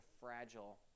fragile